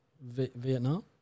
Vietnam